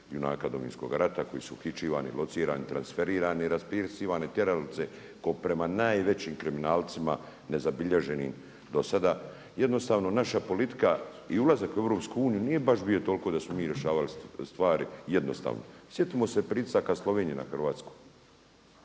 junaka Domovinskoga rata koji su uhićivani, locirani, transferirani i raspisivane tjeralice kao prema najvećim kriminalcima nezabilježenim do sada. Jednostavno naša politika i ulazak u Europsku uniju nije baš bio toliko da smo mi rješavali stvari jednostavno. Sjetimo se pritisaka Slovenije na Hrvatsku.